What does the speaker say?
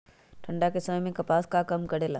ठंडा के समय मे कपास का काम करेला?